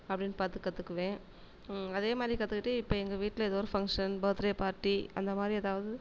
அப்படின்னு பார்த்து கற்றுக்குவேன் அதே மாரி கற்றுக்கிட்டு இப்போ எங்கள் வீட்டில் ஏதோ ஒரு ஃபங்க்ஷன் பர்த்டே பார்ட்டி அந்த மாரி ஏதாவது